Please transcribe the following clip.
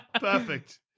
Perfect